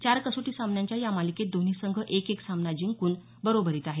चार कसोटी सामन्यांच्या या मालिकेत दोन्ही संघ एक एक सामना जिंकून बरोबरीत आहेत